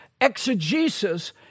Exegesis